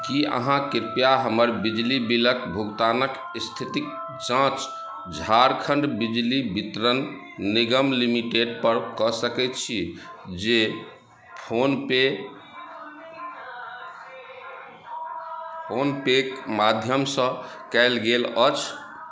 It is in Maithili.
की अहाँ कृपया हमर बिजली बिलक भुगतानक स्थितिक जाँच झारखण्ड बिजली वितरण निगम लिमिटेड पर कऽ सकैत छी जे फोनपे फोनपे कऽ माध्यमसँ कयल गेल अछि